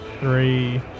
three